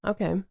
Okay